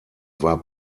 war